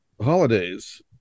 holidays